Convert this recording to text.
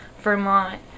vermont